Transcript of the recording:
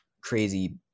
crazy